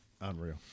unreal